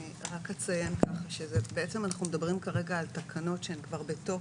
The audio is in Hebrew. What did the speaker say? אני רק אציין שבעצם אנחנו מדברים כרגע על תקנות שהן כבר בתוקף,